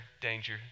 danger